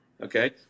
Okay